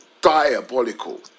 diabolical